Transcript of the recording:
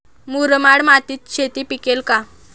मुरमाड मातीत शेती पिकेल का?